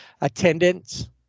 attendance